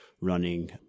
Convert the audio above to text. running